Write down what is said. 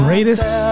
Greatest